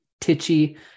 titchy